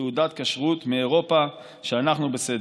תעודת כשרות מאירופה שאנחנו בסדר.